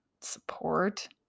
support